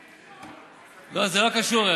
לא, זה לא קשור,